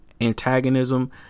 antagonism